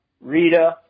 Rita